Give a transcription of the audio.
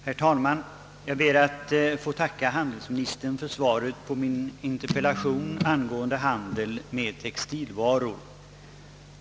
Herr talman! Jag ber att få tacka handelsministern för svaret på min interpellation angående handeln med textilvaror.